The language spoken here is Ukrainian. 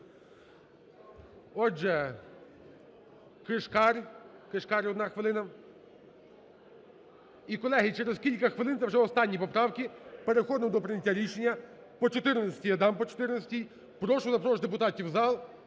Отже, Кишкар, одна хвилина. І, колеги, через кілька хвилин, це вже останні поправки, переходимо до прийняття рішення. По 14-й? Я дам по 14-й. Прошу запрошувати депутатів в зал